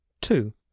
two